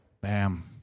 Bam